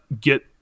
get